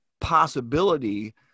possibility